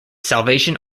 salvation